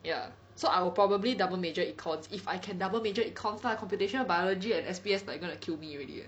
ya so I will probably double major econs if I can double major econs lah computational biology and S_P_S like gonna kill me already eh